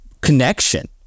connection